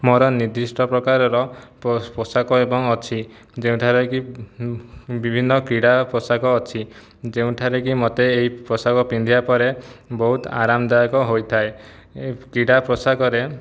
ମୋର ନିର୍ଦ୍ଦିଷ୍ଟ ପ୍ରକାରର ପୋଷାକ ଏବଂ ଅଛି ଯେଉଁଠାରେ କି ବିଭିନ୍ନ କ୍ରୀଡ଼ା ପୋଷାକ ଅଛି ଯେଉଁଠାରେ କି ମୋତେ ଏଇ ପୋଷାକ ପିନ୍ଧିବାପରେ ବହୁତ ଆରାମଦାୟକ ହୋଇଥାଏ ଏ କ୍ରୀଡ଼ା ପୋଷାକରେ